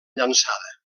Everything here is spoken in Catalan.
llançada